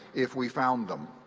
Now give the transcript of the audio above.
if we found them.